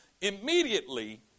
immediately